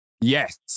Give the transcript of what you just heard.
Yes